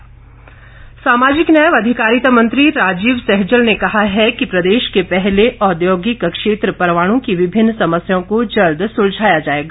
सहजल सामाजिक न्याय व अधिकारिता मंत्री राजीव सहजल ने कहा है कि प्रदेश के पहले औद्योगिक क्षेत्र परवाणू की विभिन्न समस्याओं को जल्द सुलझाया जाएगा